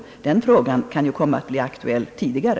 Den frågan kan ju komma att bli aktuell tidigare.